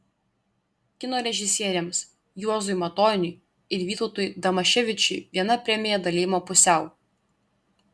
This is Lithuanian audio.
kino režisieriams juozui matoniui ir vytautui damaševičiui viena premija dalijama pusiau